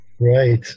Right